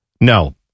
No